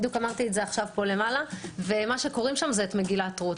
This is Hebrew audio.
קוראים שם את מגילת רות.